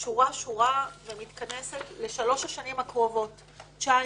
שורה-שורה ומתכנסת לשלוש השנים הקרובות: 19',